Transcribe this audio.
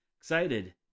excited